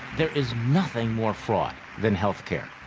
there is nothing more fraught than healthcare,